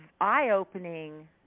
eye-opening